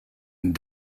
and